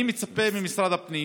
אני מצפה ממשרד הפנים